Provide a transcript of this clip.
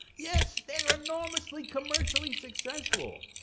yes, they are enormously, commercially successful.